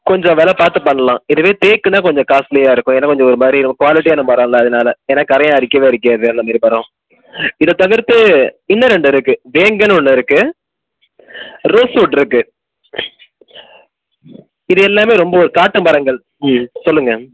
கொஞ்சம் வெலை பார்த்துப் பண்ணலாம் இதுவே தேக்குன்னா கொஞ்சம் காஸ்ட்லியாக இருக்கும் ஏன்னா கொஞ்சம் ஒருமாதிரி ரொம்ப குவாலிட்டியான மரம்ல அதனால ஏன்னா கரையான் அரிக்கவே அரிக்காது அந்தமாரி மரம் இதை தவிர்த்து இன்னும் ரெண்டு இருக்குது வேங்கைன்னு ஒன்று இருக்குது ரோஸ்வுட் இருக்குது இது எல்லாமே ரொம்ப காட்டு மரங்கள் ம் சொல்லுங்கள்